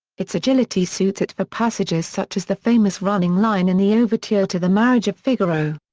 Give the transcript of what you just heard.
its agility suits it for passages such as the famous running line in the overture to the marriage of figaro.